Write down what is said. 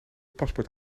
paspoort